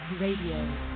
Radio